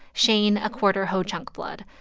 shane a quarter ho-chunk blood.